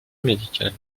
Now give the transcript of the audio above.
médicale